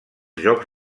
jocs